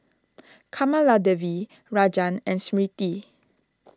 Kamaladevi Rajan and Smriti